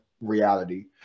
reality